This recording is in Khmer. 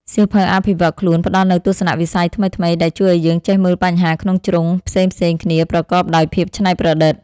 សៀវភៅអភិវឌ្ឍខ្លួនផ្ដល់នូវទស្សនវិស័យថ្មីៗ ដែលជួយឱ្យយើងចេះមើលបញ្ហាក្នុងជ្រុងផ្សេងៗគ្នាប្រកបដោយភាពច្នៃប្រឌិត។